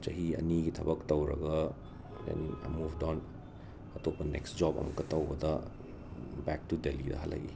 ꯆꯍꯤ ꯑꯅꯤꯒꯤ ꯊꯕꯛ ꯇꯧꯔꯒ ꯑꯦꯟ ꯑ ꯃꯨꯐꯠ ꯑꯣꯟ ꯑꯇꯣꯞꯄ ꯅꯦꯛꯁ ꯖꯣꯞ ꯑꯃꯨꯛꯀ ꯇꯧꯕꯗ ꯕꯦꯛ ꯇꯨ ꯗꯦꯂꯤꯗ ꯍꯜꯂꯛꯏ